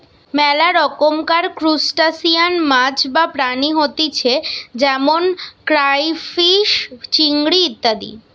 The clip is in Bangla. মেলা রকমকার ত্রুসটাসিয়ান মাছ বা প্রাণী হতিছে যেমন ক্রাইফিষ, চিংড়ি ইত্যাদি